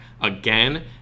again